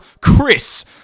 Chris